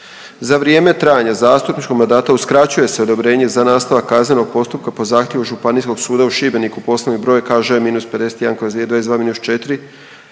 Za vrijeme trajanja zastupničkog mandata uskraćuje se odobrenje za nastavak kaznenog postupka po zahtjevu Županijskog suda u Šibeniku poslovni broj Kž-51/2022-4